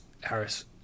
Harris